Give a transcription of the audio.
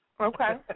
Okay